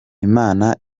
imana